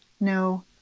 No